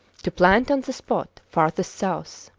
to plant on the spot farthest south.